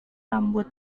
rambut